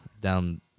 down